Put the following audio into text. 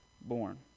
born